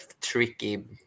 tricky